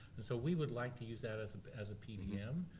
and so we would like to use that as and as a pdm.